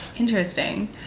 Interesting